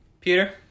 Peter